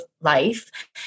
life